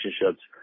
relationships